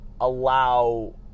allow